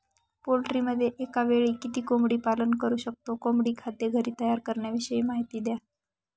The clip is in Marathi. पोल्ट्रीमध्ये एकावेळी किती कोंबडी पालन करु शकतो? कोंबडी खाद्य घरी तयार करण्याविषयी माहिती द्या